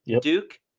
Duke